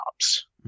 jobs